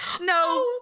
No